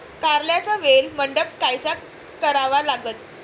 कारल्याचा वेल मंडप कायचा करावा लागन?